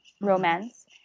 romance